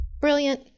Brilliant